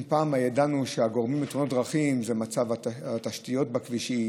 אם פעם ידענו שהגורמים לתאונות דרכים זה מצב התשתיות בכבישים,